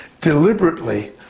deliberately